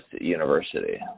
University